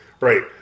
Right